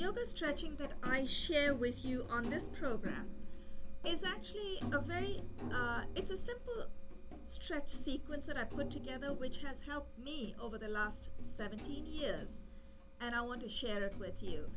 yoga stretching that i share with you on this program is actually the very it's a simple stretch sequence that i put together which has helped me over the last seventeen years and i want to share with you